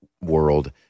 world